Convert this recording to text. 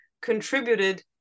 contributed